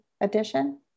edition